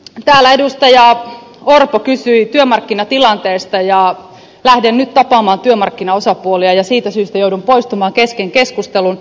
täällä edustaja orpo kysyi työmarkkinatilanteesta ja lähden nyt tapaamaan työmarkkinaosapuolia ja siitä syystä joudun poistumaan kesken keskustelun